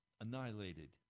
annihilated